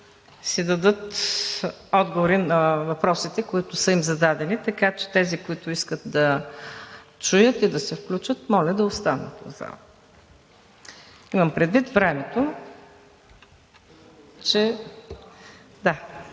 си дадат отговори на въпросите, които са им зададени. Така че тези, които искат да чуят и да се включат, моля да останат в залата. Имам предвид времето на